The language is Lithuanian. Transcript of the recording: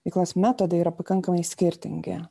veiklos metodai yra pakankamai skirtingi